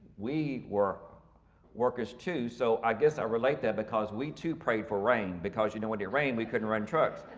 we were workers too, so i guess i relate that because we too pray for rain, because you know when the rain we couldn't run trucks.